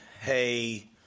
hey